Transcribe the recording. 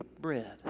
bread